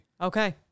Okay